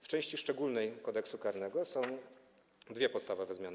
W części szczególnej Kodeksu karnego są dwie podstawowe zmiany.